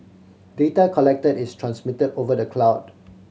data collected is transmitted over the cloud